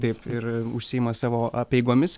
taip ir užsiima savo apeigomis